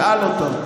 שאל אותו.